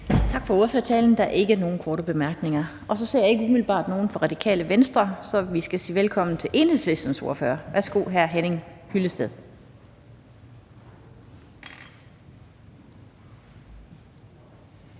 Tak for ordførertalen. Der er ikke nogen korte bemærkninger. Så ser jeg ikke umiddelbart nogen fra Radikale Venstre, så vi skal sige velkommen til Enhedslistens ordfører. Værsgo til hr. Henning Hyllested.